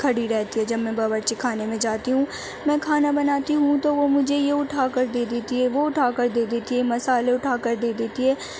کھڑی رہتی ہے جب میں باورچی خانے میں جاتی ہوں میں کھانا بناتی ہوں تو وہ مجھے یہ اٹھا کر دے دیتی ہے وہ اٹھا کر دے دیتی ہے مسالے اٹھا کر دے دیتی ہے